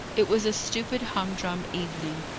it was a stupid, humdrum evening.